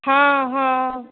हा हा